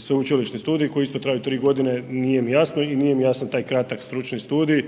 sveučilišni studiji koji isto traju tri godine, nije mi jasno i nije mi jasan taj kratak stručni studij.